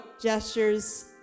Gestures